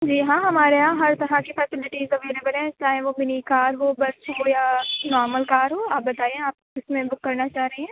جی ہاں ہمارے یہاں ہر طرح کی فیسلٹیز اویلیبل ہے چاہے وہ منی کار ہو بس ہو یا نارمل کار ہو آپ بتائیے آپ کتنے بک کرنا چاہ رہی ہیں